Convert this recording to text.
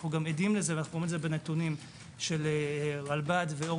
אנו עדים לזה ורואים את זה בנתונים של רלב"ד ואור